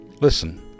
Listen